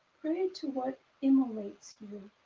pray to what emulates you.